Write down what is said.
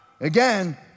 Again